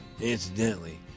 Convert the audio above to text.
Incidentally